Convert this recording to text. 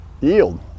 Yield